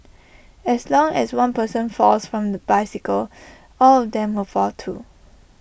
as long as one person falls from the bicycle all of them will fall too